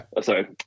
sorry